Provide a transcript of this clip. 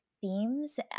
themes